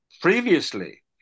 previously